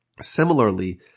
Similarly